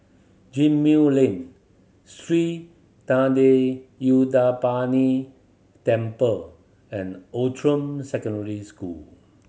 Gemmill Lane Sri Thendayuthapani Temple and Outram Secondary School